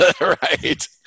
Right